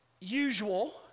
usual